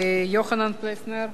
יוחנן פלסנר,